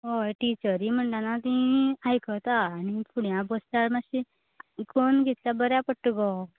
हय टिचरी म्हणतना तीं आयकता फुड्यांक बसल्यार मात्शें कन्न घेतल्यार बऱ्याक पडटा गो